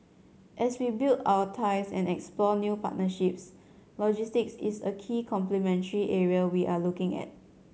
as we build our ties and explore new partnerships logistics is a key complementary area we are looking at